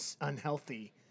unhealthy